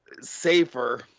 safer